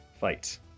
fight